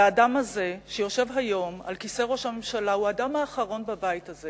והאדם הזה שיושב היום על כיסא ראש הממשלה הוא האדם האחרון בבית הזה